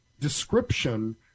description